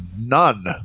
None